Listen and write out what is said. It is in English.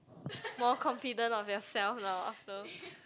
more confident of yourself lor so